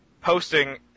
posting